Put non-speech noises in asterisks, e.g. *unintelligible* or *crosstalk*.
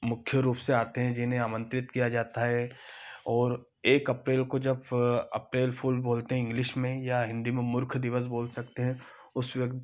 मुख्य रूप से आते हैं जिन्हें आमंत्रित किया जाता है और एक अप्रैल को जब अप्रैल फ़ूल बोलते हैं इंग्लिश में या हिंदी में मूर्ख दिवस बोल सकते हैं उस *unintelligible*